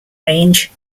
range